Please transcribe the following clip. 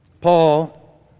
Paul